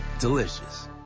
Delicious